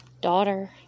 daughter